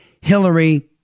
Hillary